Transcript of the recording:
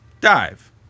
Dive